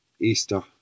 Easter